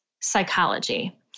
psychology